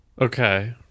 Okay